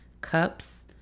cups